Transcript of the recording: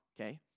okay